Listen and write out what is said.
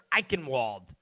Eichenwald